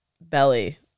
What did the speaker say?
belly